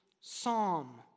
psalm